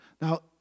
Now